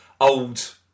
old